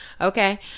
Okay